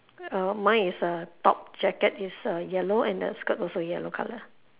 err mine is err top jacket is err yellow and the skirt also yellow colour